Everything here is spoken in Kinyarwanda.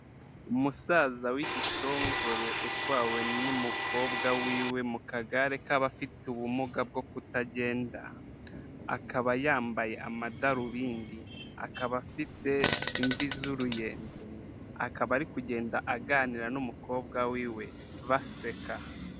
Umusaza w'igishongore, utwawe n'umukobwa w'iwe mu kagare k'abafite ubumuga bwo kutagenda, akaba yambaye amadarubindi, akaba afite imvi z'uruyenzi, akaba ari kugenda aganira n'umukobwa w'iwe, baseka.